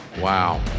Wow